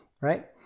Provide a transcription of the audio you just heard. right